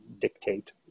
dictate